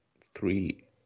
three